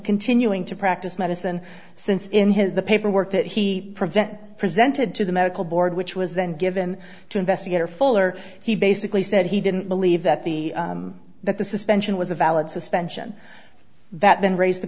continuing to practice medicine since in his the paperwork that he prevent presented to the medical board which was then given to investigator fuller he basically said he didn't believe that the that the suspension was a valid suspension that then raised the